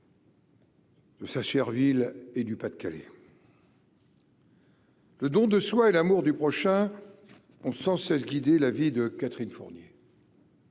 ça servile et du Pas-de-Calais. Le don de soi et l'amour du prochain ont sans cesse guider la vie de Catherine Fournier.